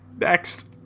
Next